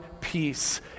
peace